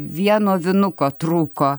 vieno vinuko trūko